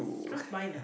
that's mine ah